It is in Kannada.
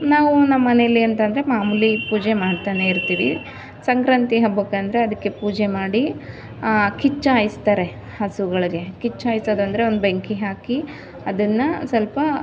ನಾವೂ ನಮ್ಮನೆಯಲ್ಲಿ ಅಂತ ಅಂದ್ರೆ ಮಾಮೂಲಿ ಪೂಜೆ ಮಾಡ್ತಾನೆ ಇರ್ತೀವಿ ಸಂಕ್ರಾಂತಿ ಹಬ್ಬಕ್ಕೆಂದ್ರೆ ಅದಕ್ಕೆ ಪೂಜೆ ಮಾಡಿ ಕಿಚ್ಚು ಹಾಯಿಸ್ತಾರೆ ಹಸುಗಳಿಗೆ ಕಿಚ್ಚು ಹಾಯಿಸೋದು ಅಂದರೆ ಒಂದು ಬೆಂಕಿ ಹಾಕಿ ಅದನ್ನು ಸ್ವಲ್ಪ